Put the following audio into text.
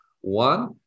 one